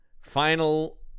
final